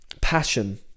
passion